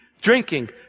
drinking